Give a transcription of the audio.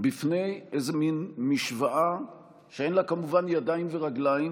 בפני איזו מין משוואה שאין לה כמובן ידיים ורגליים,